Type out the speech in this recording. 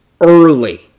early